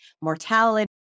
mortality